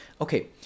okay